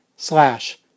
slash